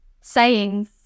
sayings